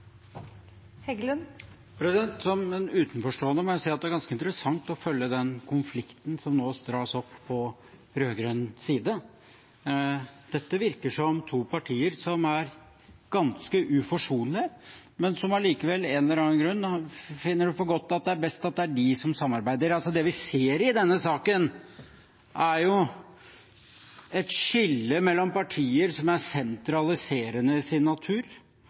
er ganske interessant å følge den konflikten som nå dras opp på rød-grønn side. Dette virker som to partier som er ganske uforsonlige, men som allikevel av en eller annen grunn finner at det er best at det er de som samarbeider. Det vi ser i denne saken, er jo et skille mellom partier som er sentraliserende i sin natur,